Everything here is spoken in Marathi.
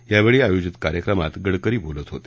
यावेळी आयोजित कार्यक्रमात गडकरी बोलत होते